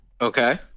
Okay